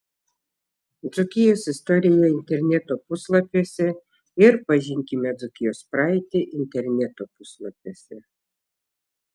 dzūkijos istorija interneto puslapiuose ir pažinkime dzūkijos praeitį interneto puslapiuose